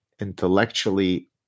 intellectually